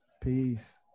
peace